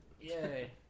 Yay